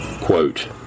quote